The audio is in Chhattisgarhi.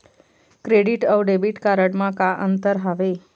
क्रेडिट अऊ डेबिट कारड म का अंतर हावे?